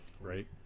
Right